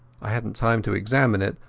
i hadnat time to examine it,